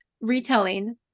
retelling